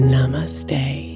Namaste